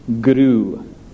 grew